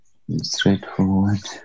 Straightforward